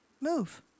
Move